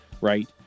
right